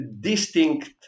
distinct